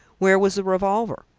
where was the revolver?